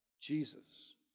Jesus